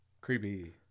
Creepy